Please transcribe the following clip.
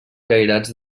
cairats